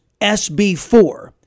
SB4